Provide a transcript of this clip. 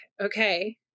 okay